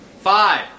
five